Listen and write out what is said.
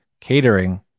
catering